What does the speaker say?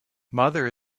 mother